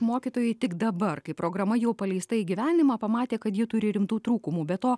mokytojai tik dabar kai programa jau paleista į gyvenimą pamatė kad ji turi rimtų trūkumų be to